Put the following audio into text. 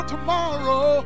tomorrow